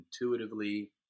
intuitively